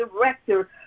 director